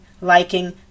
liking